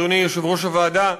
אדוני יושב-ראש הוועדה,